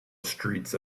streets